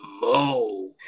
Mo